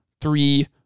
three